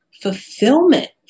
fulfillment